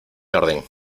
orden